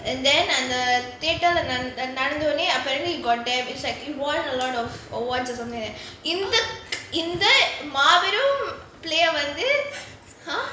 and then and the theatre நடந்த உடனே:nadantha udanae apparently got david said it won a lot of awards or something like that இந்த இந்த மாபெரும்:intha intha maaperum play வந்து:vanthu !huh!